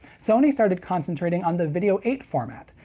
sony started concentrating on the video eight format,